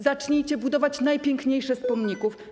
Zacznijcie budować najpiękniejsze z pomników.